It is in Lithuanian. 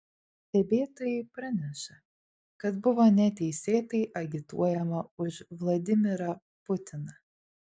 stebėtojai praneša kad buvo neteisėtai agituojama už vladimirą putiną